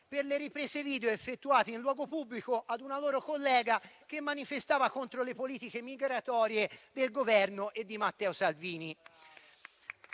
per le riprese video effettuate in luogo pubblico a una loro collega che manifestava contro le politiche migratorie del Governo e di Matteo Salvini.